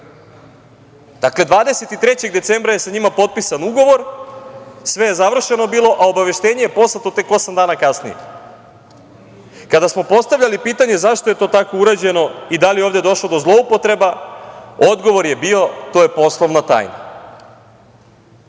Dakle, 23. decembra je sa njima potpisan ugovor, sve je završeno bilo, a obaveštenje je poslato tek osam dana kasnije. Kada smo postavljali pitanje zašto je to tako urađeno i da li je ovde došlo do zloupotreba, odgovor je bio – to je poslovna tajna. Kada